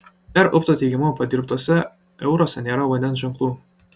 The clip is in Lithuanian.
r upto teigimu padirbtuose euruose nėra vandens ženklų